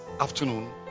afternoon